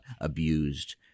abused